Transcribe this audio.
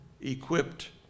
equipped